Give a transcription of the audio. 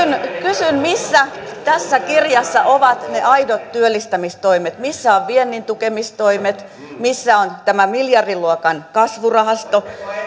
kysyn missä tässä kirjassa ovat ne aidot työllistämistoimet missä ovat viennin tukemistoimet missä on tämä miljardiluokan kasvurahasto